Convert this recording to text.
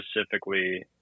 specifically